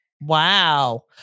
Wow